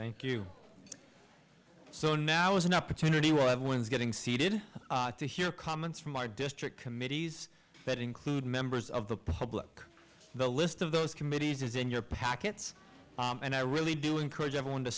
thank you so now is an opportunity will have one's getting seated to hear comments from our district committees that include members of the public the list of those committees is in your pockets and i really do encourage everyone to